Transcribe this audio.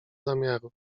zamiaru